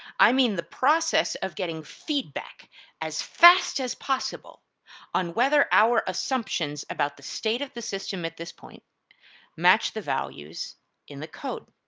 i mean the process of getting feedback as fast as possible on whether our assumptions about the state of the system at this point match the values in the code.